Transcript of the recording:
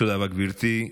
תודה רבה, גברתי.